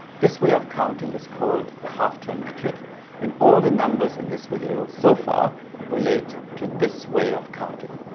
this way of counting is called the half-turn metric and all the numbers in this video so far relate to this way of counting.